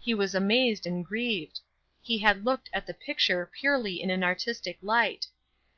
he was amazed and grieved he had looked at the picture purely in an artistic light